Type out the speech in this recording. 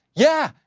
yeah!